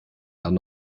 dann